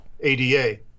ADA